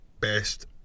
best